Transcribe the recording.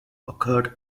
occurred